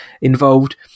involved